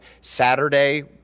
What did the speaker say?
Saturday